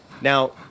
now